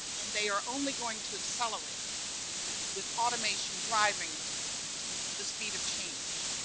and they are only going to accelerate with automation driving the speed of change.